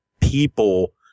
people